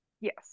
yes